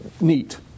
Neat